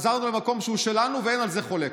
חזרנו למקום שהוא שלנו, ואין על זה חולק.